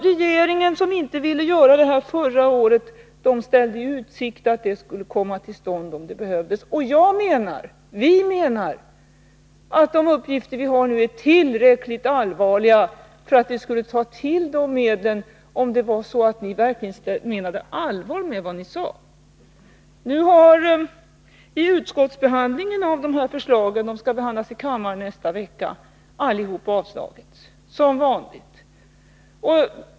Regeringen, som inte ville medverka till dessa åtgärder förra året, ställde i utsikt att de skulle komma till stånd om det behövdes. Vi menar att de uppgifter vi har nu är tillräckligt allvarliga för att vi skulle ta till sådana medel, om ni verkligen menade allvar med det ni sade. Vid utskottsbehandlingen av dessa förslag — de skall behandlas i kammaren nästa vecka — har alla avstyrkts, som vanligt.